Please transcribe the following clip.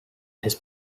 his